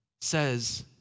says